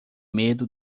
medo